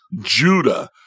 Judah